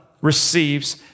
receives